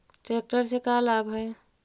Tractor से का लाभ है?